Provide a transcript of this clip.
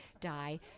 die